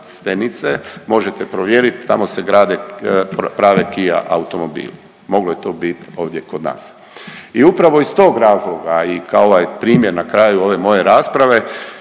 možete provjerit, tamo se grade prave KIA automobili. Moglo je to bit ovdje kod nas. I upravo iz tog razloga i kao ovaj primjer na kraju ove moje rasprave